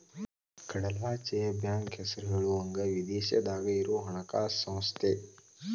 ಕಡಲಾಚೆಯ ಬ್ಯಾಂಕ್ ಹೆಸರ ಹೇಳುವಂಗ ವಿದೇಶದಾಗ ಇರೊ ಹಣಕಾಸ ಸಂಸ್ಥೆ